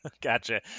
gotcha